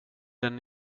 den